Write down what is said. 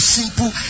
simple